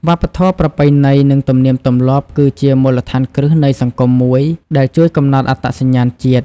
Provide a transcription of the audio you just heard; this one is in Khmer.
វប្បធម៌ ប្រពៃណី និងទំនៀមទម្លាប់ គឺជាមូលដ្ឋានគ្រឹះនៃសង្គមមួយ ដែលជួយកំណត់អត្តសញ្ញាណជាតិ។